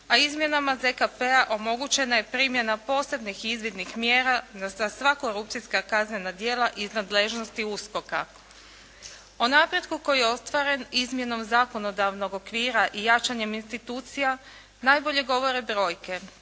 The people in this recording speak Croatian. a izmjenama ZKP-a omogućena je primjena posebnih izvidnih mjera za sva korupcijska kaznena djela iz nadležnosti USKOK-a. O napretku koji je ostvaren izmjenom zakonodavnog okvira i jačanjem institucija najbolje govore brojke.